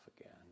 again